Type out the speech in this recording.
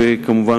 וכמובן,